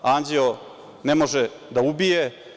Anđeo ne može da ubije.